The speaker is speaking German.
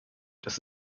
das